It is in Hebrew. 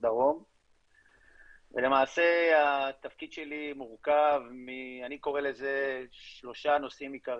דרום ולמעשה התפקיד שלי מורכב משלושה נושאים עיקריים,